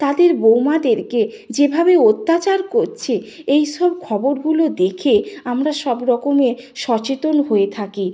তাদের বৌমাদেরকে যেভাবে অত্যাচার করছে এই সব খবরগুলো দেখে আমরা সব রকমে সচেতন হয়ে থাকি